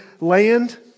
land